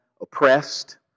oppressed